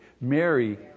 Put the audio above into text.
Mary